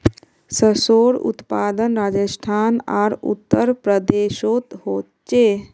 सर्सोंर उत्पादन राजस्थान आर उत्तर प्रदेशोत होचे